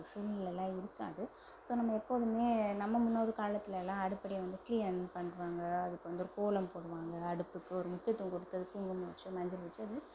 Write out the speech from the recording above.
சூழ்நிலைலாம் இருக்காது ஸோ நம்ம எப்போதுமே நம்ம முன்னோர் காலதிலலாம் அடுப்படியை வந்து க்ளீன் பண்ணுறாங்க அதுக்கு வந்து கோலம் போடுவாங்கள் அடுப்புக்கு ஒரு முக்கியத்துவம் கொடுத்து அதுக்கு குங்குமம் வச்சு மஞ்சள் வச்சு அது